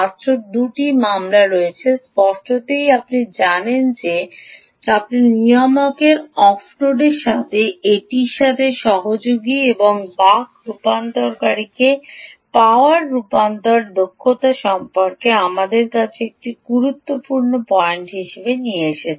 মাত্র 2 টি বিবেচনা রয়েছে স্পষ্টতই আপনি জানেন যে আপনি নিয়ামকের অফ নোডের সাথে এটির সাথে সহযোগী এবং এটি বাক রূপান্তরকারীকে পাওয়ার রূপান্তর দক্ষতা সম্পর্কে আমাদের একটি গুরুত্বপূর্ণ পয়েন্টে নিয়ে আসে